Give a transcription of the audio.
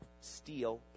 steel